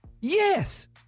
Yes